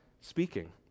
speaking